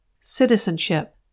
Citizenship